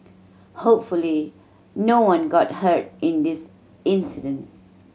hopefully no one got hurt in this incident